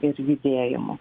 ir judėjimu